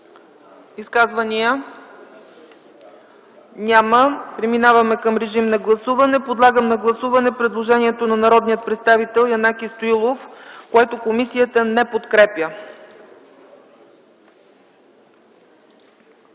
закрит. Преминаваме към режим на гласуване. Подлагам на гласуване предложението на народния представител Янаки Стоилов, което не се подкрепя